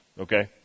okay